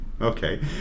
Okay